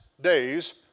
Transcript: days